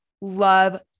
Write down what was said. Love